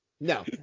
No